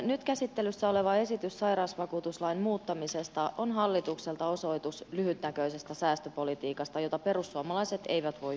nyt käsittelyssä oleva esitys sairausvakuutuslain muuttamisesta on hallitukselta osoitus lyhytnäköisestä säästöpolitiikasta jota perussuomalaiset ei voi hyväksyä